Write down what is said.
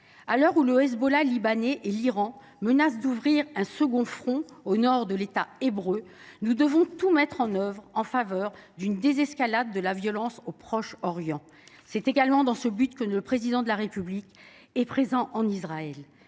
À l’heure où le Hezbollah libanais et l’Iran menacent d’ouvrir un second front au nord de l’État hébreu, nous devons tout mettre en œuvre pour favoriser une désescalade de la violence au Proche Orient. C’est l’un des buts de la présence du Président de la République en Israël.